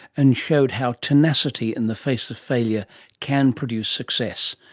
and showed how tenacity in the face of failure can produce success.